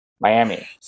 Miami